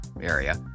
area